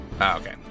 Okay